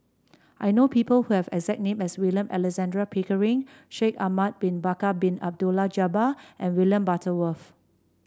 I know people who have the exact name as William Alexander Pickering Shaikh Ahmad Bin Bakar Bin Abdullah Jabbar and William Butterworth